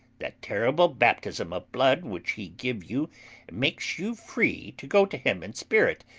that terrible baptism of blood which he give you makes you free to go to him in spirit,